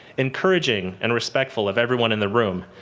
encouraging and respectful of everyone in the room.